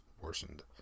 worsened